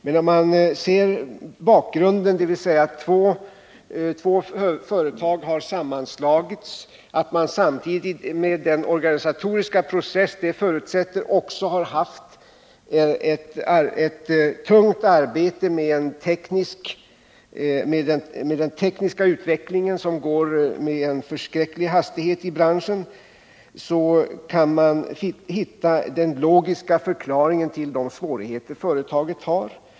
Men när man ser bakgrunden, dvs. att två företag har sammanslagits och att man samtidigt med den organisatoriska process det förutsätter också haft ett tungt arbete med den tekniska utvecklingen som går med en förskräcklig hastighet i branschen, kan man hitta den logiska förklaringen till de svårigheter företaget har.